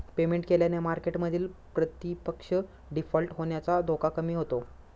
payment केल्याने मार्केटमधील प्रतिपक्ष डिफॉल्ट होण्याचा धोका कमी होतो